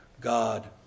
God